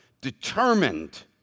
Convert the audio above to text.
determined